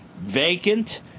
Vacant